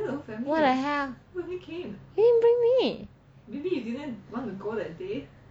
what the hell you didn't bring me